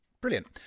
Brilliant